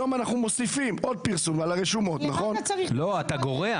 -- אם מתקשרים אליו אזרחים ואומרים לנו: מבצעים עלינו עכשיו פוגרום,